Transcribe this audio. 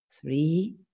three